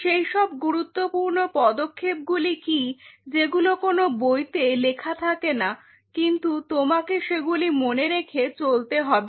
সেইসব গুরুত্বপূর্ণ পদক্ষেপ গুলি কি যেগুলো কোন বইতে লেখা থাকে না কিন্তু তোমাকে সেগুলি মনে রেখে চলতে হবে